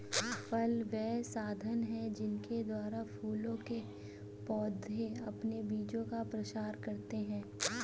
फल वे साधन हैं जिनके द्वारा फूलों के पौधे अपने बीजों का प्रसार करते हैं